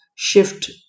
shift